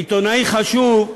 עיתונאי חשוב,